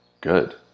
good